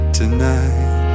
tonight